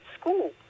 school